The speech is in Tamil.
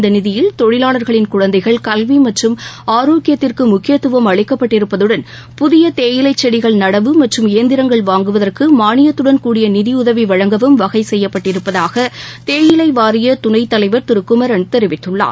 இந்த நிதியில் தொழிலாளர்களின் குழந்தைகள் கல்வி மற்றும் ஆரோக்கியத்திற்கு முக்கியத்துவம் அளிக்கப்பட்டிருப்பதுடன் புதிய தேயிலைச் செடிகள் நடவு மற்றும் இயந்திரங்கள் வாங்குவதற்கு மாளியத்துடன் கூடிய நிதியுதவி வழங்கவும் வகை செய்யப்பட்டிருப்பதாக தேயிலை வாரிய துணைத் தலைவர் திரு குமரன் தெரிவித்குள்ளார்